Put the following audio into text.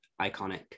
iconic